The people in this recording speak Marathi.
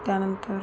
त्यानंतर